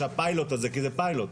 שהפיילוט הזה כי זה פיילוט,